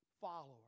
follower